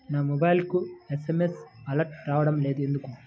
నా మొబైల్కు SMS alerts రావడం లేదు ఎందుకు?